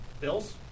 Bills